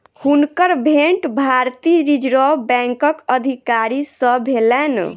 हुनकर भेंट भारतीय रिज़र्व बैंकक अधिकारी सॅ भेलैन